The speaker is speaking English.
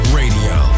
radio